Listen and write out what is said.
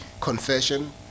confession